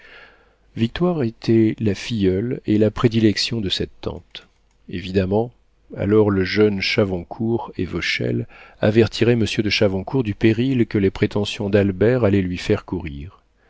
victoire était la filleule et la prédilection de cette tante évidemment alors le jeune chavoncourt et vauchelles avertiraient monsieur de chavoncourt du péril que les prétentions d'albert allaient lui faire courir